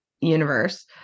universe